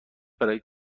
برای